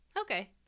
Okay